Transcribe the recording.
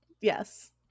Yes